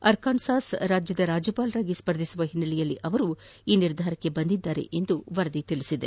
Arkansas ರಾಜ್ಯದ ರಾಜ್ಯಪಾಲರಾಗಿ ಸ್ವರ್ಧಿಸುವ ಈ ಹಿನ್ನೆಲೆಯಲ್ಲಿ ಅವರು ನಿರ್ಧಾರಕ್ಕೆ ಬಂದಿದ್ದಾರೆ ಎಂದು ವರದಿಯಾಗಿದೆ